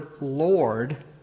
Lord